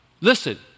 Listen